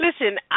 Listen